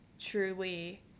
truly